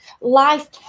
life